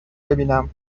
ببینم